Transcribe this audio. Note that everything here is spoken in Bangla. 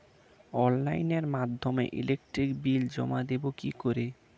অনলাইনের মাধ্যমে ইলেকট্রিক বিল জমা দেবো কি করে?